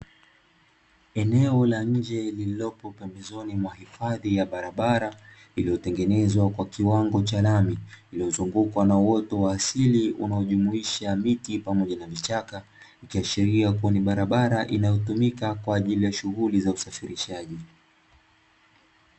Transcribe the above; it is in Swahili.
Eneo la nje ililopo pembezoni mwa hifadhi ya barabara iliyotengenezwa kwa kiwango cha lami uliozungukwa na uoto wa asili, unaojumuisha miti pamoja na vichaka ikiashiria kuwa ni barabara inayotumika kwa ajili ya shughuli za usafirishaji.